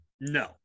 no